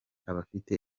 abafite